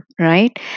right